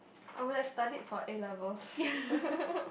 I will like studied for A-level